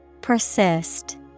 Persist